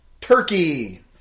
Turkey